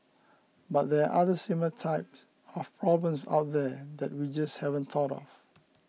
but there are other similar types of problems out there that we just haven't thought of